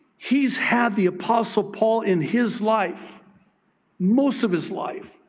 he's had the apostle paul in his life most of his life,